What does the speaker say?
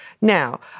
now